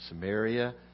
Samaria